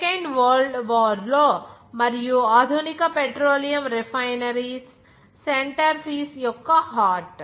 second world war లో మరియు ఆధునిక పెట్రోలియం రిఫైనరీస్ సెంటర్ ఫీస్ యొక్క హార్ట్